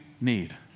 need